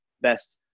best